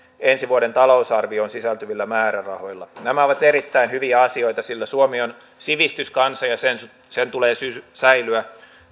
ensi vuoden talousarvioon sisältyvillä määrärahoilla nämä ovat erittäin hyviä asioita sillä suomi on sivistyskansa ja sen tulee säilyä